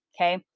Okay